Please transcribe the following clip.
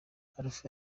alpha